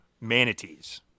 Manatees